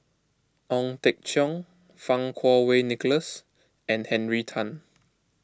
Ong Teng Cheong Fang Kuo Wei Nicholas and Henry Tan